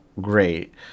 great